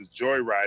joyriding